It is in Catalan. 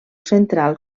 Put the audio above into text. central